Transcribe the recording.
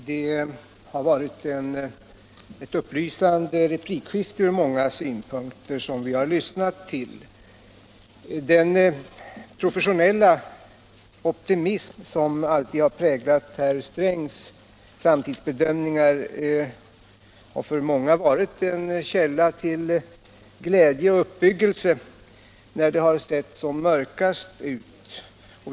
Herr talman! Vi har lyssnat till ett från många synpunkter upplysande replikskifte. Den professionella optimism som alltid har präglat herr Strängs framtidsbedömningar har för många varit en källa till glädje och uppbyggelse när det har sett som mörkast ut.